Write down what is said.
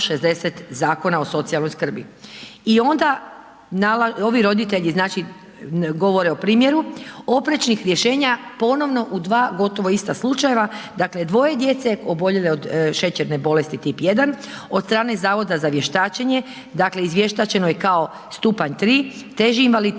I onda ovi roditelji znači, govore o primjeru oprečnih rješenja ponovno u dva gotovo ista slučajeva, dakle, dvoje djece oboljele od šećerne bolesti tip 1, od strane Zavoda za vještačenje, dakle izvještačeno je kao stupanj 3, teži invaliditet